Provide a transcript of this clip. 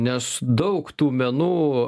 nes daug tų menų